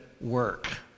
work